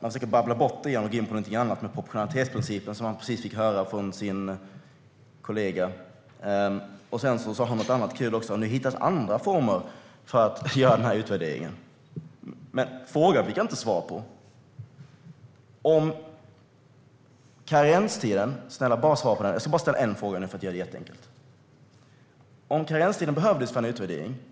Han försökte babbla bort frågorna genom att gå in på något annat, nämligen något om proportionalitetsprincipen som han precis fick höra från sin kollega. Sedan sa han något annat kul också: Nu hittas andra former för att göra den här utvärderingen. Men frågorna fick jag inte svar på. Snälla, svara! Jag ska bara ställa en fråga nu för att göra det jätteenkelt. Mats Pertoft sa i sitt anförande att karenstiden behövdes för en utvärdering.